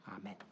Amen